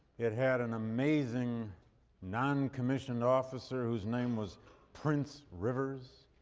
it had an amazing non-commissioned officer whose name was prince rivers,